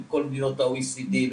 בכל מדינות ה-OECD,